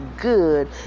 good